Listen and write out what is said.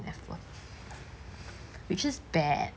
effort which is bad